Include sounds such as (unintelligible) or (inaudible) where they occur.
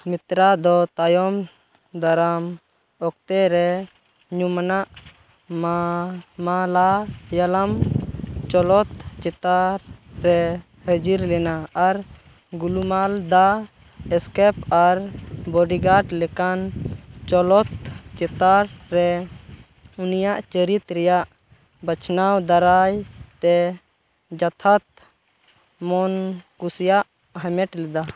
ᱢᱤᱛᱨᱟ ᱫᱚ ᱛᱟᱭᱚᱢ ᱫᱟᱨᱟᱢ ᱚᱠᱛᱚᱨᱮ ᱧᱩᱢᱟᱱᱟᱜ (unintelligible) ᱢᱟᱞᱟᱭᱟᱞᱚᱢ ᱪᱚᱞᱚᱛ ᱪᱤᱛᱟᱹᱨ ᱨᱮ ᱦᱟᱹᱡᱤᱨ ᱞᱮᱱᱟ ᱟᱨ ᱜᱩᱞᱩᱢᱟᱞᱫᱟ ᱥᱠᱮᱯ ᱟᱨ ᱵᱚᱰᱤᱜᱟᱨᱰ ᱞᱮᱠᱟᱱ ᱪᱚᱞᱚᱛ ᱪᱤᱛᱟᱹᱨ ᱨᱮ ᱩᱱᱤᱭᱟᱜ ᱪᱩᱨᱤᱛ ᱨᱮᱱᱟᱜ ᱵᱟᱪᱷᱱᱟᱣ ᱫᱟᱨᱟᱭᱛᱮ ᱡᱚᱛᱷᱟᱛ ᱢᱚᱱ ᱠᱩᱥᱤᱭᱟᱜ ᱦᱟᱢᱮᱴ ᱞᱮᱫᱟ